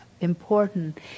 important